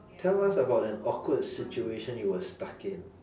tell us about an awkward situation you were stuck in